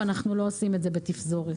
ואנחנו לא עושים את זה בתפזורת.